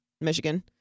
Michigan